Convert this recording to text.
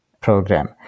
program